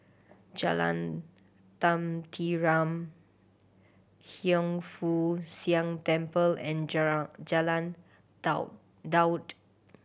Jalan Tenteram Hiang Foo Siang Temple and Jalan Daud